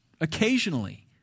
occasionally